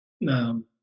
No